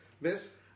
miss